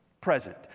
present